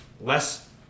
less